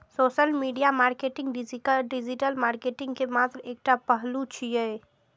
social media marketing digital marketing के मात्र एकटा पहलू छियै